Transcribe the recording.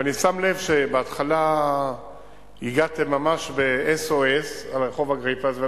אבל אני שם לב שבהתחלה הגעתם ממש ב-SOS על רחוב אגריפס,